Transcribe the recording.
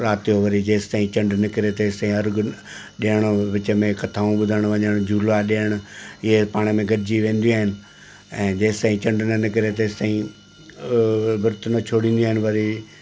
राति जो वरी जेसि ताईं चंड निकिरे तेसि ताईं अर्घ ॾियणो विच में कथाऊं ॿुधणु वञणु झूला ॾियणु इहे पाण में गॾजी वेंदियूं आहिनि ऐं जेसि ताईं चंड न निकिरे तेसि ताईं विर्त न छोड़ंदियूं आहिनि वरी